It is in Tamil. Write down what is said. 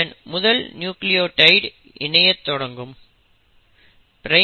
இதன் மூலம் நியூக்ளியோடைட் இணையத்தொடங்கும்